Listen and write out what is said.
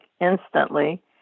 instantly